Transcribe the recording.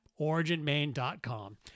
OriginMain.com